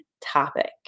topic